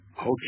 Okay